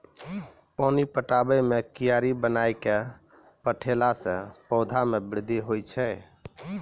पानी पटाबै मे कियारी बनाय कै पठैला से पौधा मे बृद्धि होय छै?